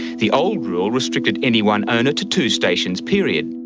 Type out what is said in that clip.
the old rule restricted any one owner to two stations, period.